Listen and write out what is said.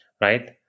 right